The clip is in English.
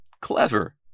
Clever